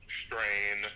strain